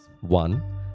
One